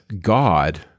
God